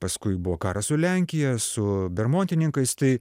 paskui buvo karas su lenkija su bermontininkais tai